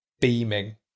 beaming